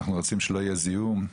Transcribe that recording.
אנחנו רוצים שלא יהיה זיהום,